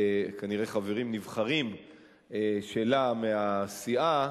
כנראה חברים נבחרים שלה מהסיעה,